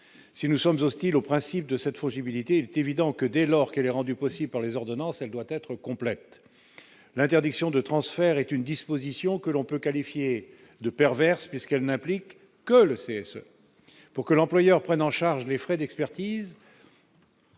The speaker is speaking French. si nous sommes hostiles au principe de cette fausse humilité et il est évident que dès lors qu'elle est rendue possible par les ordonnances, elle doit être complète l'interdiction de transfert est une disposition, que l'on peut qualifier de perverse puisqu'elle n'implique que le CSA pour que l'employeur prenne en charge les frais d'expertise.